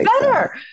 better